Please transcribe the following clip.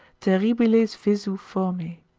terribiles visu formae